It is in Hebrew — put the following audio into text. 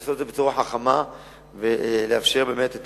לעשות את זה בצורה חכמה ולאפשר באמת את